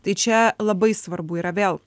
tai čia labai svarbu yra vėl